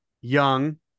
Young